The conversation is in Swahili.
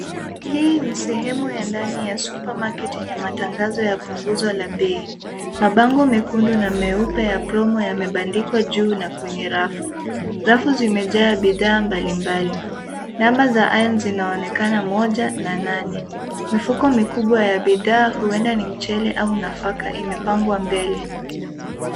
Hii ni sehemu ya ndani ya supermarket yenye matangazo ya punguzo la bei. Mabango mekundu na meupe ya promo yamebandikwa juu na kwenye rafu. Rafu zimejaa bidhaa mbali mbali. Number za aisle zinaonekana moja na nane. Mifuko mikubwa ya bidhaa huenda ni mchele au nafaka, imepangwa mbele.